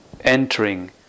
entering